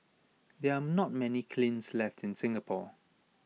there are not many cleans left in Singapore